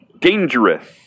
Dangerous